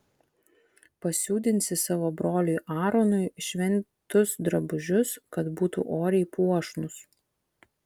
pasiūdinsi savo broliui aaronui šventus drabužius kad būtų oriai puošnūs